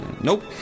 Nope